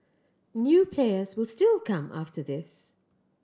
new players will still come after this